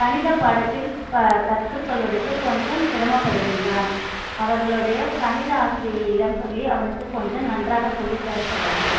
கணித பாடத்தில் ப கற்றுக்கொள்வதற்கு கொஞ்சம் சிரமப்படுகின்றான் அவர்களுடைய கணித ஆசிரியையிடம் சொல்லி அவனுக்கு கொஞ்சம் நன்றாக சொல்லி தர சொல்லவும்